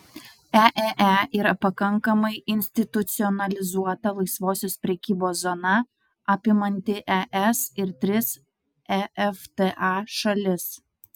eee yra pakankamai institucionalizuota laisvosios prekybos zona apimanti es ir tris efta šalis